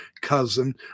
cousin